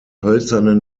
hölzernen